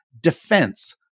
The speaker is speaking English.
defense